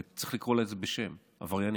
וצריך לקרוא לזה בשם, עבריינים.